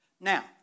Now